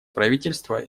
правительства